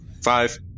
Five